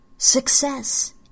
Success